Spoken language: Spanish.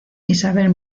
isabel